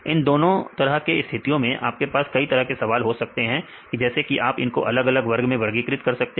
इन दोनों तरह की स्थितियों में आपके पास कई तरह की सवाल हो सकते हैं जैसे कि आप इनको अलग अलग वर्ग में वर्गीकृत कर सकते हैं